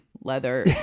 leather